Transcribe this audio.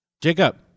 Jacob